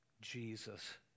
Jesus